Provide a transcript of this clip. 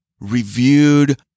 reviewed